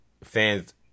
fans